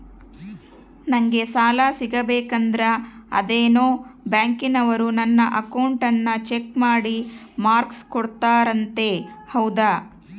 ನಂಗೆ ಸಾಲ ಸಿಗಬೇಕಂದರ ಅದೇನೋ ಬ್ಯಾಂಕನವರು ನನ್ನ ಅಕೌಂಟನ್ನ ಚೆಕ್ ಮಾಡಿ ಮಾರ್ಕ್ಸ್ ಕೋಡ್ತಾರಂತೆ ಹೌದಾ?